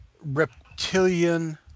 reptilian